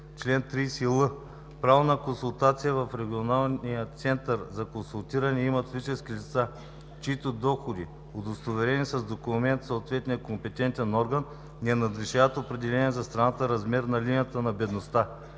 Чл. 30л. Право на консултация в Регионалния център за консултиране имат физически лица, чиито доходи, удостоверени с документ от съответния компетентен орган, не надвишават определения за страната размер на линията на бедност.